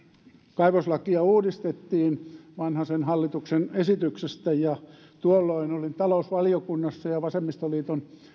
kaivoslakia uudistettiin vanhasen hallituksen esityksestä ja tuolloin olin talousvaliokunnassa ja vasemmistoliiton